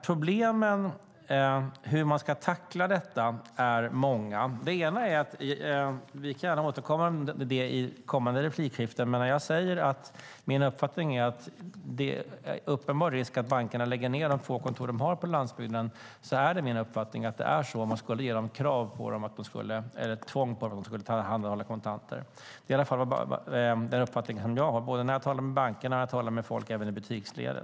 Problemen med hur man ska tackla detta är många. Vi kan gärna återkomma till det i följande inlägg, men det är min uppfattning att det finns en uppenbar risk att bankerna lägger ned de få kontor de har på landsbygden om man skulle införa ett tvång om att tillhandahålla kontanter. Det är i alla fall den uppfattning jag har efter att ha talat med både bankerna och folk i butiksledet.